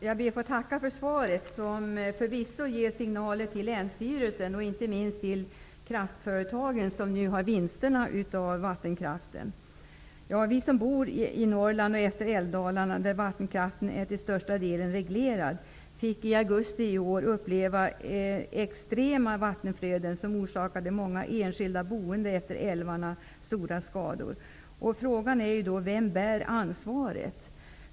Fru talman! Jag tackar för svaret, som förvisso ger signaler till länsstyrelsen och inte minst till kraftföretagen, vilka nu tillgodogör sig vinsterna av vattenkraften. Vi som bor i Norrland efter älvdalarna, där vattenkraften är till största delen reglerad fick, i augusti år uppleva extrema vattenflöden, som orsakade många enskilda boende intill älvarna stora skador. Frågan är då: Vem bär ansvaret?